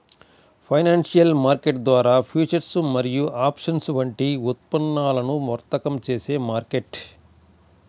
financial market ద్వారా futures మరియు options వంటి ఉత్పన్నాలను వర్తకం చేసే మార్కెట్